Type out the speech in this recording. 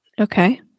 Okay